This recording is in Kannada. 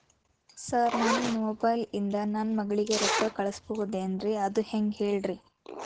ಸರ್ ನನ್ನ ಮೊಬೈಲ್ ಇಂದ ನನ್ನ ಮಗಳಿಗೆ ರೊಕ್ಕಾ ಕಳಿಸಬಹುದೇನ್ರಿ ಅದು ಹೆಂಗ್ ಹೇಳ್ರಿ